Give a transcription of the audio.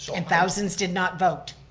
and thousands did not vote!